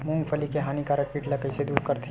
मूंगफली के हानिकारक कीट ला कइसे दूर करथे?